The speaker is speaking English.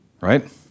right